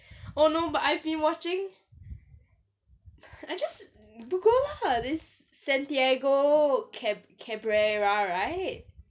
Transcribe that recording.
oh no but I've been watching I just google lah this santiago cab~ cabrera right